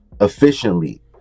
efficiently